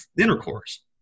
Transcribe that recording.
intercourse